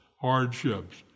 hardships